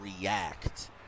react